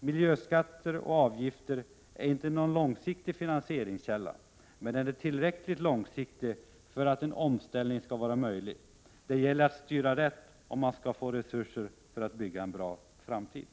Miljöskatter och avgifter är inte någon långsiktig finansieringskälla, men den är tillräckligt långsiktig för att en omställning skall vara möjlig. Det gäller att styra rätt om man skall få resurser för att bygga en bra framtid.